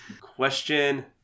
Question